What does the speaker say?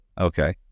Okay